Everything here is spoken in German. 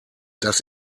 das